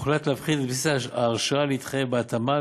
הוחלט להפחית את בסיס ההרשאה להתחייב בהתאמה